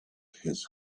his